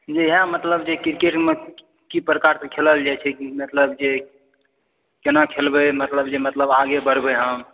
जे इएह जे मतलब क्रिकेटमे की प्रकारसँ खेलल जाइ छै मतलब जे केना खेलबै जे मतलब जे आगे बढ़बै हम